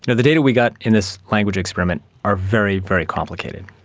you know the data we got in this language experiment are very, very complicated.